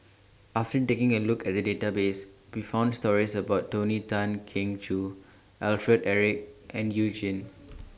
after taking A Look At The Database We found stories about Tony Tan Keng Joo Alfred Eric and YOU Jin